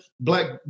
Black